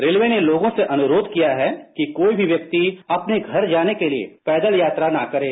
railway ने लोगों से अनुरोध है कि कोई भी व्यक्ति अपने घर जाने के लिए पैदल यात्रा न करें